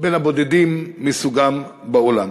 בין הבודדים מסוגם בעולם.